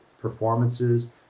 performances